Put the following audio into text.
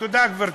תודה, גברתי.